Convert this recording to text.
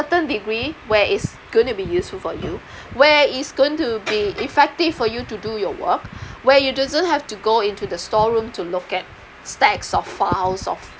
certain degree where it's going to be useful for you where it's going to be effective for you to do your work where you doesn't have to go into the store room to look at stacks of files of